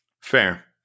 Fair